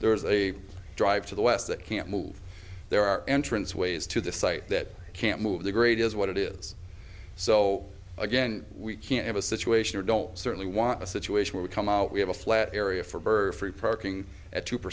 there's a drive to the west that can't move there are entrance ways to the site that can't move the grade is what it is so again we can't have a situation we don't certainly want a situation where we come out we have a flat area for birth reproaching at two